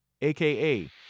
aka